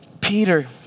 Peter